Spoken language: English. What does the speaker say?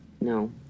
No